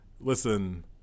listen—